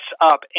up